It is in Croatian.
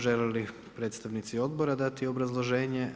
Žele li predstavnici odbora dati obrazloženje?